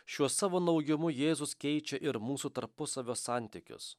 šiuo savo naujumu jėzus keičia ir mūsų tarpusavio santykius